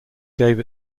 gave